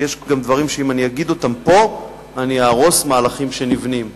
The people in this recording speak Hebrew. כי יש דברים שאם אני אגיד פה אני אהרוס מהלכים שנבנים,